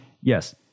yes